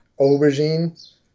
aubergine